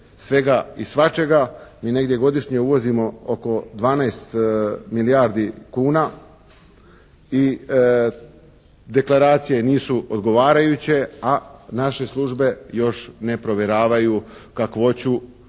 svega i svačega. Mi negdje godišnje uvozimo oko 12 milijardi kuna i deklaracije nisu odgovarajuće, a naše službe još ne provjeravaju kakvoću